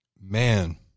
Man